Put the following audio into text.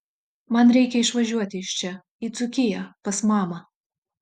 man reikia išvažiuoti iš čia į dzūkiją pas mamą